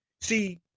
See